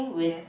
yes